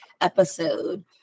episode